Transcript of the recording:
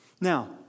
Now